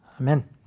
Amen